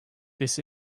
this